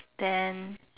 then